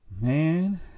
man